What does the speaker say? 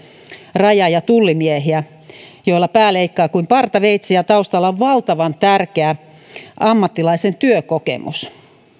raja ja tullimiehiä joilla pää leikkaa kuin partaveitsi ja taustalla on valtavan tärkeä ammattilaisen työkokemus